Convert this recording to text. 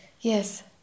Yes